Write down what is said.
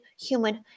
human